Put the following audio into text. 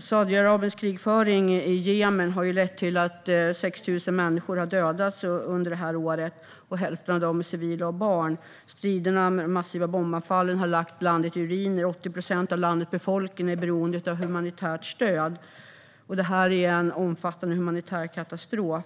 Saudiarabiens krigföring i Jemen har lett till att 6 000 människor har dödats under det här året, och hälften av dem är civila och barn. Striderna med de massiva bombanfallen har lagt landet i ruiner, och 80 procent av landets befolkning är beroende av humanitärt stöd. Det här är en omfattande humanitär katastrof.